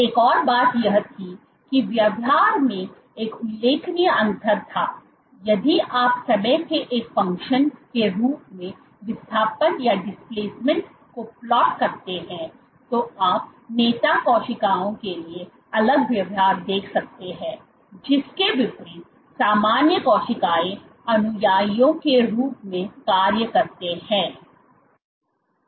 एक और बात यह थी कि व्यवहार में एक उल्लेखनीय अंतर था यदि आप समय के एक फंक्शन के रूप में विस्थापन को प्लॉट करते हैं तो आप नेता कोशिकाओं के लिए अलग व्यवहार देख सकते हैं जिसके विपरीत सामान्य कोशिकाओं अनुयायियों के रूप में कार्य करते थे